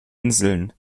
inseln